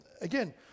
Again